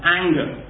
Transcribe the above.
anger